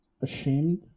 ashamed